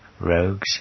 rogues